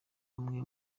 bamwe